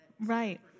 Right